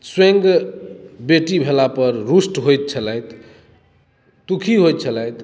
स्वयं बेटी भेलापर रुष्ट होइत छलथि दुःखी होइत छलथि